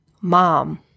Mom